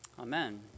Amen